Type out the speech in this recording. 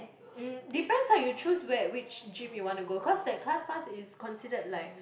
mm depends lah you choose where which gym you wanna go cause that class pass is considered like